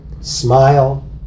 smile